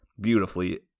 beautifully